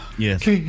Yes